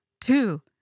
Two